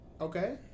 Okay